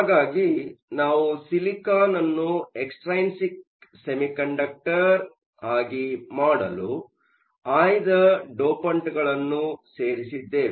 ಹಾಗಾಗಿ ನಾವು ಸಿಲಿಕಾನ್ ಅನ್ನು ಎಕ್ಸ್ಟ್ರೈನ್ಸಿಕ್ ಸೆಮಿಕಂಡಕ್ಟರ್ ಮಾಡಲು ಆಯ್ದ ಡೋಪಂಟ್ಗಳನ್ನು ಸೇರಿಸಿದ್ದೇವೆ